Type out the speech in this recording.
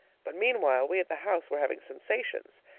but meanwhile we at the house were having sensations.